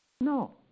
No